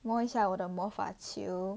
摸一下我的魔法球